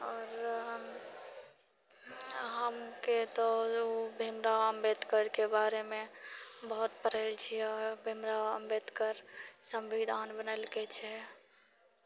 आओर हम हमके तो भीमराव अम्बेडकरके बारेमे बहुत पढ़ल छियै भीमराव अम्बेडकर संविधान बनेलके छै